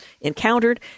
encountered